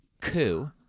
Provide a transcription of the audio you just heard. Coup